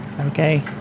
Okay